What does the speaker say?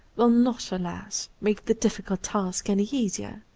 will not, alas! make the difficult task any easier.